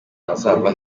azava